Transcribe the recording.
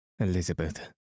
Elizabeth